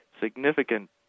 significant